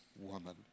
woman